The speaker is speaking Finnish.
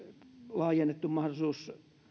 laajennettu mahdollisuus